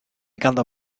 ganddo